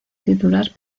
titular